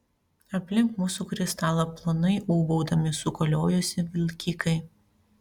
aplink mūsų kristalą plonai ūbaudami sukaliojosi vilkikai